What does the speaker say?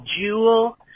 Jewel